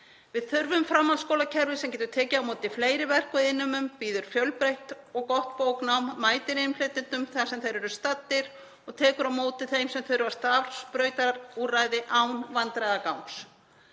Við þurfum framhaldsskólakerfi sem getur tekið á móti fleiri verk- og iðnnemum, býður fjölbreytt og gott bóknám, mætir innflytjendum þar sem þeir eru staddir og tekur á móti þeim sem þurfa starfsbrautarúrræði án vandræðagangs.